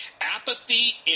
apathy